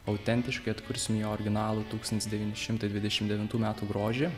autentiškai atkursim jo originalų tūkstantis devyni šimtai dvidešim devintų metų grožį